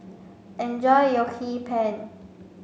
enjoy your Hee Pan